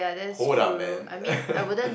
hold up man